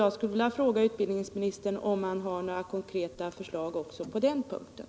Jag skulle vilja fråga utbildningsministern om han har några konkreta förslag också på den punkten.